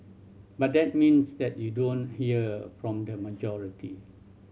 but that means that you don't want hear from the majority